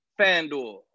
FanDuel